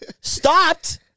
Stopped